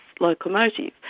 locomotive